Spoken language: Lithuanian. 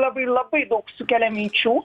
labai labai daug sukelia minčių